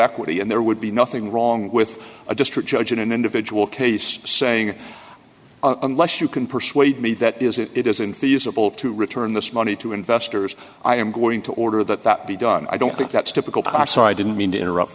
equity and there would be nothing wrong with a district judge in an individual case saying unless you can persuade me that is it isn't feasible to return this money to investors i am going to order that that be done i don't think that's typical so i didn't mean to interrupt